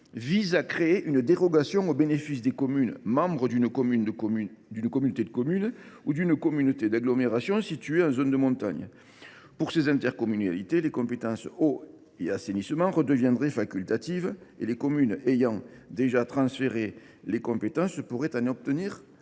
vise à créer une dérogation au bénéfice des communes membres d’une communauté de communes ou d’une communauté d’agglomération située en zone de montagne. Pour ces intercommunalités, les compétences « eau » et « assainissement » redeviendraient facultatives et les communes ayant déjà transféré les compétences pourraient en obtenir